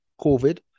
COVID